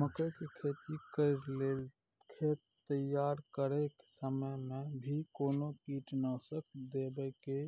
मकई के खेती कैर लेल खेत तैयार करैक समय मे भी कोनो कीटनासक देबै के